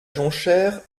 jonchère